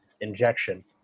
injection